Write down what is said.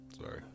sorry